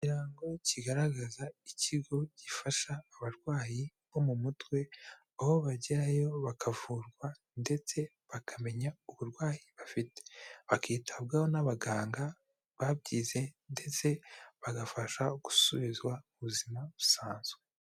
Ikirango kigaragaza ikigo gifasha abarwayi bo mu mutwe, aho bagerayo bakavurwa ndetse bakamenya uburwayi bafite, bakwitabwaho n'abaganga babyize ndetse bagafasha gusubizwa ubuzima busanzwe.